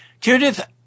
Judith